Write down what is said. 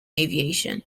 aviation